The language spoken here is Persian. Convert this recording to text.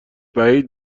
بعید